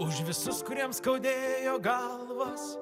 už visus kuriems skaudėjo galvas